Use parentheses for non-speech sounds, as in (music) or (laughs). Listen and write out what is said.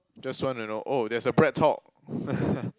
just wanna know oh there's a BreadTalk (laughs)